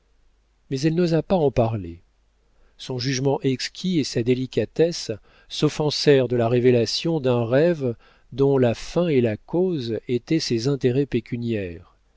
mais elle n'osa pas en parler son jugement exquis et sa délicatesse s'offensèrent de la révélation d'un rêve dont la fin et la cause étaient ses intérêts pécuniaires